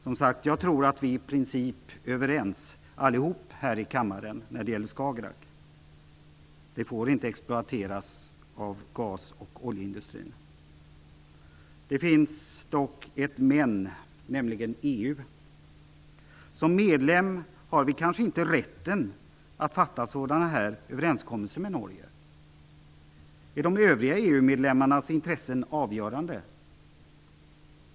Som sagt tror jag att vi alla här i kammaren i princip är överens när det gäller Skagerrak. Det får inte exploateras av gas och oljeindustrin. Det finns dock ett men, nämligen EU. Som medlemmar har vi kanske inte rätten att fatta den här typen av överenskommelser med Norge? Är de övriga EU medlemmarnas intressen avgörande?